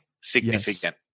significant